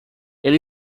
ele